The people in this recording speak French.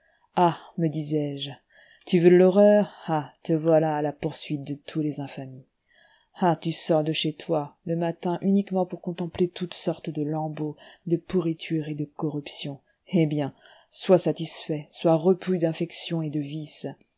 ah me disais-je tu veux de l'horreur ah te voilà à la poursuite de toutes les infamies ah tu sors de chez toi le matin uniquement pour contempler toutes sortes de lambeaux de pourritures et de corruptions eh bien sois satisfait sois repu d'infections et de vices